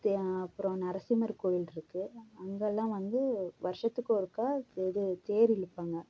அப்புறம் நரசிம்மர் கோவில் இருக்கு அங்கெல்லாம் வந்து வருஷத்துக்கு ஒருக்கா இது தேர் இழுப்பாங்க